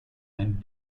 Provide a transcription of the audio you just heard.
and